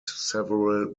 several